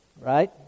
Right